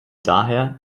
daher